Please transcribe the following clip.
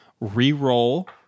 re-roll